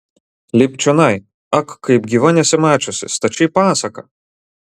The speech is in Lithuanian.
lipk čionai ak kaip gyva nesi mačiusi stačiai pasaka